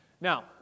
Now